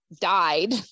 died